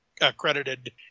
accredited